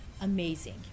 amazing